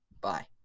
Bye